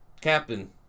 captain